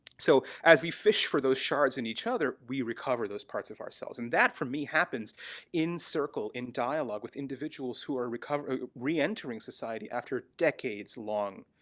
so as we fish for those shards in each other, we recover those parts of ourselves. and that for me, happens in circle, in dialogue with individuals who are reentering society after decades, long